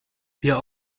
wir